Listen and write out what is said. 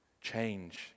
change